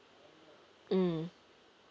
mm